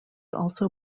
also